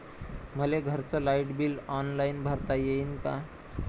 मले घरचं light bill online भरता येईन का?